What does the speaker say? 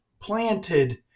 planted